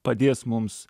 padės mums